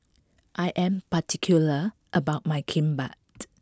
I am particular about my Kimbap